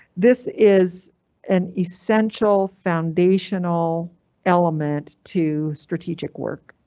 this is an essential foundational element to strategic work.